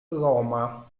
roma